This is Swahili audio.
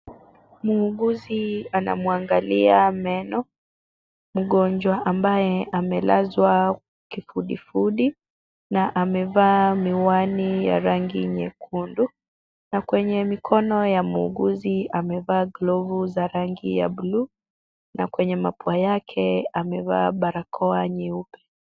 Muuguzi anamwangalia meno mgonjwa ambaye amelazwa kifudifudi, na amevaa miwani ya rangi nyekundu, na kwenye mikono ya muuguzi amevaa glovu za rangi ya buluu, na kwenye mapua yake amevaa barakoa nyeupe.